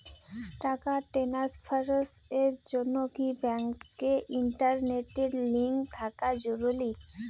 টাকা ট্রানস্ফারস এর জন্য কি ব্যাংকে ইন্টারনেট লিংঙ্ক থাকা জরুরি?